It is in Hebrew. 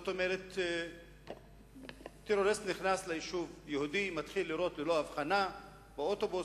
כלומר טרוריסט נכנס ליישוב יהודי ומתחיל לירות ללא הבחנה והורג